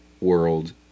world